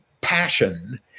passion